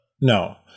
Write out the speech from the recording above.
No